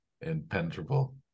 impenetrable